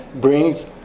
brings